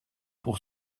pour